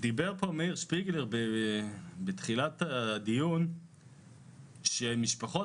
דיבר מאיר שפיגלר בתחילת הדיון על כך שמשפחות